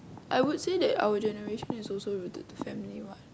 I would say that our generation is also rooted to family what